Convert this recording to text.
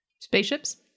Spaceships